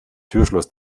türschloss